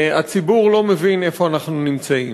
הציבור לא מבין איפה אנחנו נמצאים.